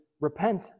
repent